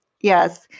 Yes